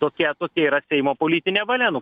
tokia tokia yra seimo politinė valia nu